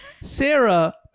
Sarah